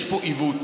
יש פה עיוות.